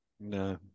No